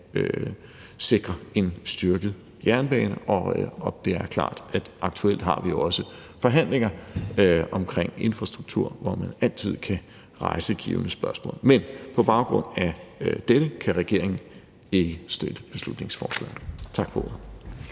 sikre en styrket jernbane. Det er klart, at vi aktuelt også har forhandlinger om infrastruktur, hvor man altid kan rejse givne spørgsmål. Men på baggrund af dette kan regeringen ikke støtte beslutningsforslaget. Tak for ordet.